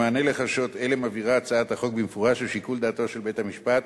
במענה על חששות אלה מבהירה הצעת החוק במפורש ששיקול דעתו של בית-המשפט